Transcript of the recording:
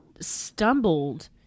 stumbled